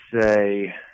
say